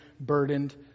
burdened